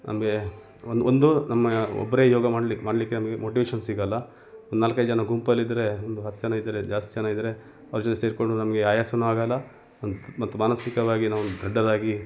ನಮಗೆ ಒಂದು ಒಂದು ನಮ್ಮ ಒಬ್ಬರೆ ಯೋಗ ಮಾಡ್ಲು ಮಾಡಲಿಕ್ಕೆ ನಮಗೆ ಮೋಟಿವೇಷನ್ ಸಿಗಲ್ಲ ಒಂದು ನಾಲ್ಕೈದು ಜನ ಗುಂಪಲ್ಲಿದ್ದರೆ ಒಂದು ಹತ್ತು ಜನ ಇದ್ದರೆ ಜಾಸ್ತಿ ಜನ ಇದ್ದರೆ ಅವ್ರ ಜೊತೆ ಸೇರಿಕೊಂಡು ನಮಗೆ ಆಯಾಸವೂ ಆಗಲ್ಲ ಮತ್ತು ಮಾನಸಿಕವಾಗಿ ನಾವು ದೊಡ್ಡದಾಗಿ